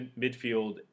midfield